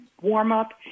warm-up